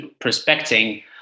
prospecting